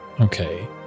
Okay